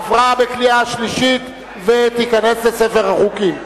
עברה בקריאה שלישית ותיכנס לספר החוקים.